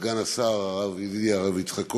סגן השר ידידי הרב יצחק כהן,